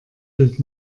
gilt